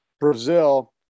Brazil